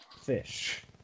fish